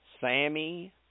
Sammy